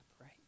Right